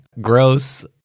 gross